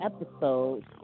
episodes